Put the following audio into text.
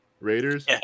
Raiders